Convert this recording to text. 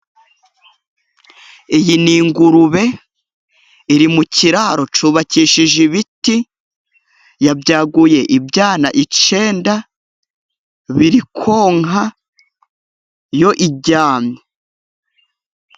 Iyi ni ingurube iri mu kiraro cyubakishije ibiti, yabwaguye ibyana icyenda biri konka yo iryamye.